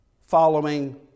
following